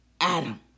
Adam